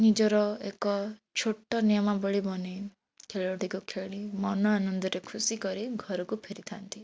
ନିଜର ଏକ ଛୋଟ ନିୟମାବଳୀ ବନେଇ ଖେଳଟିକୁ ଖେଳି ମନ ଆନନ୍ଦରେ ଖୁସି କରି ଘରକୁ ଫେରିଥାନ୍ତି